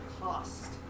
cost